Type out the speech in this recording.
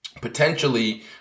potentially